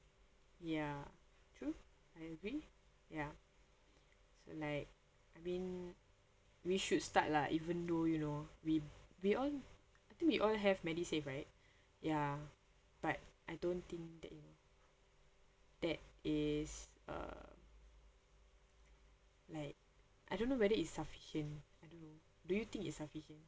ya true I agree ya so like I mean we should start lah even though you know we we all I think we all have MediSave right ya but I don't think that you know that is uh like I don't know whether it's sufficient I don't know do you think it's sufficient